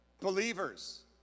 believers